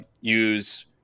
Use